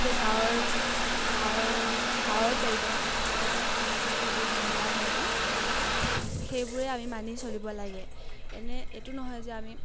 যে গাঁৱৰ গাঁৱৰ গাঁৱৰ পৰিৱেশৰ সংস্কৃতিবোৰ যেনেকুৱা ধৰণৰ সেইবোৰেই আমি মানি চলিব লাগে এনে এইটো নহয় যে আমি